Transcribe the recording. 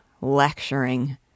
lecturing